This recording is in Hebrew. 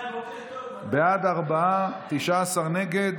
בעד, ארבעה, 19 נגד.